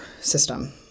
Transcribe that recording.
system